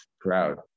crowd